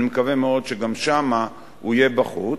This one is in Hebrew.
אני מקווה מאוד שגם שם הוא יהיה בחוץ.